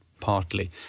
partly